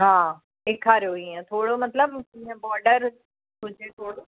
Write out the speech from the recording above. हा ॾेखारियो इहा थोरो मतलबु इहा बोडर हुजे थोरो